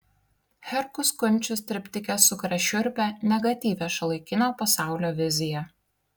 herkus kunčius triptike sukuria šiurpią negatyvią šiuolaikinio pasaulio viziją